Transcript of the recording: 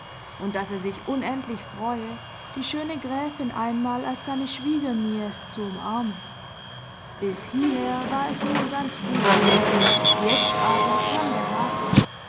und daß er sich unendlich freue die schöne gräfin einmal als seine schwiegernice zu umarmen bis hieher war es nun ganz gut jetzt aber kam der haken